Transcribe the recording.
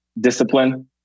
Discipline